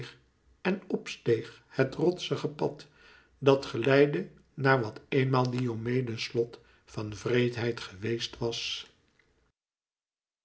en op steeg het rotsige pad dat geleidde naar wat eenmaal diomedes slot van wreedheid geweest was